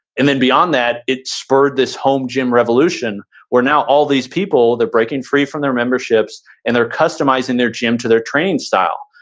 and then beyond that, it spurred this home gym revolution where now all these people, they're breaking free from their memberships and they're customizing their gym to their training style.